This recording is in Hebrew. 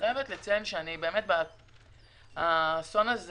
האסון הזה